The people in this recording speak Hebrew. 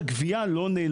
גם היטל השבחה לא נותנים.